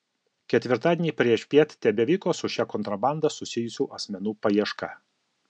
ketvirtadienį priešpiet tebevyko su šia kontrabanda susijusių asmenų paieška